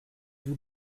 vous